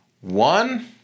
one